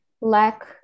lack